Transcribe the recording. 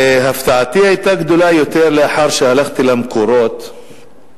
הפתעתי היתה גדולה יותר לאחר שהלכתי למקורות שלה.